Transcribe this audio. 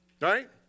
right